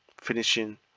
finishing